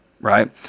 right